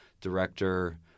director